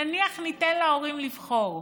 נניח שניתן להורים לבחור,